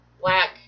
black